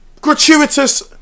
gratuitous